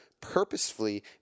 purposefully